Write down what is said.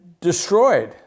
destroyed